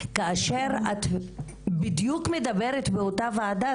כאשר את בדיוק מדברת באותה ועדה,